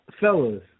Fellas